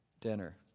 dinner